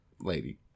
lady